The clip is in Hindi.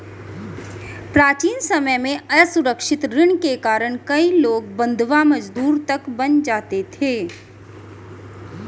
प्राचीन समय में असुरक्षित ऋण के कारण कई लोग बंधवा मजदूर तक बन जाते थे